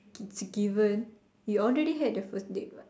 it's given you already had the first date what